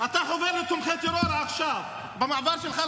אתה חובר לתומכי טרור עכשיו, במעבר שלך.